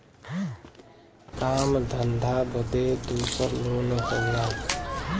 काम धंधा बदे दूसर लोन होला